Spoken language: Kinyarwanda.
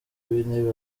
w’intebe